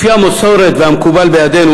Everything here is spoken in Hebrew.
לפי המסורת והמקובל בידינו,